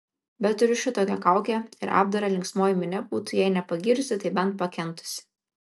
bet ir už šitokią kaukę ir apdarą linksmoji minia būtų jei ne pagyrusi tai bent pakentusi